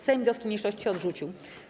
Sejm wnioski mniejszości odrzucił.